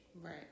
Right